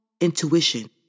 intuition